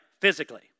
physically